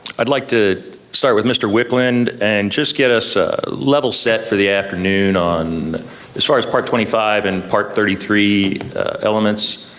i'd like to start with mr. wicklund and just get us a level set for the afternoon on as far as part twenty five and part thirty three elements,